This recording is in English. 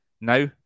now